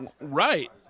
Right